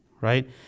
Right